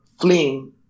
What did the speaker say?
fleeing